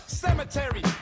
cemetery